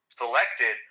selected